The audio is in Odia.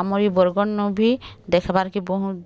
ଆମର୍ ଇ ବରଗଡ଼୍ ନୁ ଭି ଦେଖ୍ବାର୍ କେ ବହୁତ୍